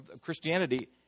Christianity